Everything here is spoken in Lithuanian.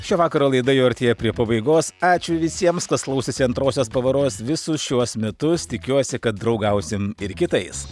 šio vakaro laida jau artėja prie pabaigos ačiū visiems kas klausėsi antrosios pavaros visus šiuos metus tikiuosi kad draugausim ir kitais